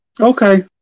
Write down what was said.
okay